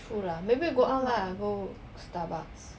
true lah maybe you go out lah go starbucks